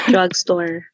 Drugstore